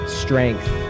Strength